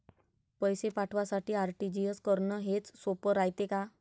पैसे पाठवासाठी आर.टी.जी.एस करन हेच सोप रायते का?